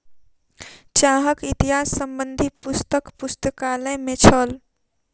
चाहक इतिहास संबंधी पुस्तक पुस्तकालय में छल